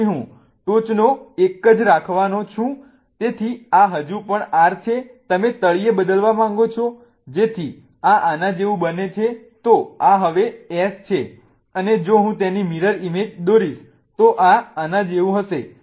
તેથી હું ટોચનો એક જ રાખવાનો છું તેથી આ હજુ પણ R છે તમે તળિયે બદલવા માંગો છો જેથી આ આના જેવું બને તો આ હવે S છે અને જો હું તેની મિરર ઈમેજ દોરીશ તો આ આના જેવું હશે